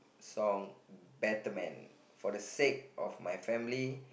song Better Man for the sake of my family